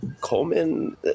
Coleman